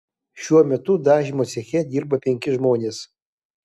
šiuo metu dažymo ceche dirba penki žmonės